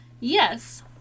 Yes